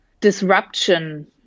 disruption